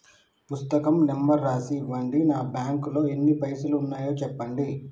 పుస్తకం నెంబరు రాసి ఇవ్వండి? నా బ్యాంకు లో ఎన్ని పైసలు ఉన్నాయో చెప్పండి?